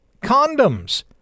condoms